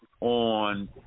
on